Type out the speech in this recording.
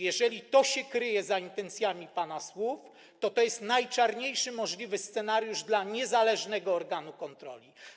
Jeżeli to się kryje za intencjami pana słów, to jest to najczarniejszy możliwy scenariusz dla niezależnego organu kontroli.